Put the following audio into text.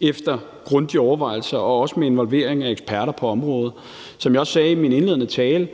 efter grundige overvejelser og også med involvering af eksperter på området. Som jeg også sagde i min indledende tale,